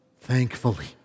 thankfully